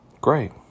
Great